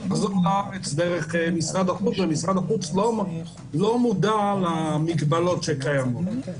-- -דרך משרד החוץ ומשרד החוץ לא מודע למגבלות שקיימות.